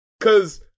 cause